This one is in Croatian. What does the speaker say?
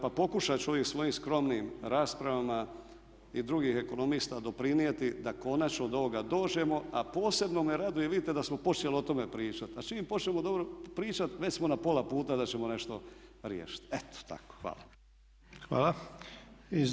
Pa pokušat ću ovim svojim skromnim raspravama i drugih ekonomista doprinijeti da konačno do ovoga dođemo, a posebno me raduje, vidite da smo počeli o tome pričati, a čim počnemo dobro pričati već smo na pola puta da ćemo nešto riješiti.